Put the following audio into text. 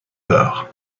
d’art